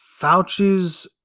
Fauci's